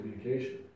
communication